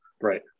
Right